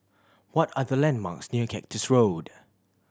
what are the landmarks near Cactus Road